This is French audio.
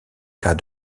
cas